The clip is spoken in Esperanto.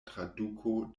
traduko